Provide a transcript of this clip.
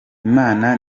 imana